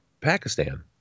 Pakistan